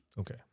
Okay